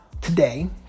today